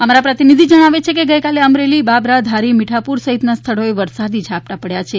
અમારા પ્રતિનિધિ જણાવે છે કે ગઇકાલે અમરેલી બાબરા ધારી મીઠાપુર સહિતના સ્થળોએ વરસાદી ઝાંપટા પડ્યા છે